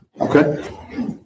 Okay